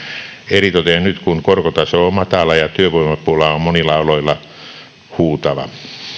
eritoten nyt kun korkotaso on matala ja työvoimapula on monilla aloilla huutava